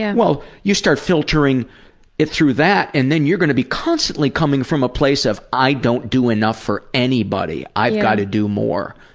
yeah well, you start filtering it through that, and you're going to be constantly coming from a place of i don't do enough for anybody. i've got to do more.